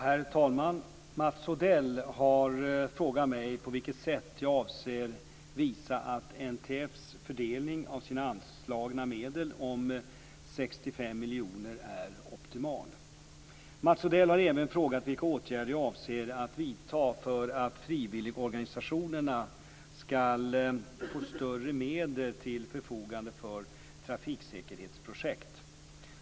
Herr talman! Mats Odell har frågat mig på vilket sätt jag avser visa att NTF:s fördelning av sina anslagna medel om 65 miljoner är optimal. Mats Odell har även frågat vilka åtgärder jag avser att vidta för att frivilligorganisationerna skall få större medel till förfogande för trafiksäkerhetsprojekt.